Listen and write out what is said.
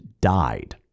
died